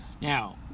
now